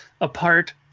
apart